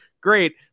Great